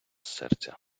серця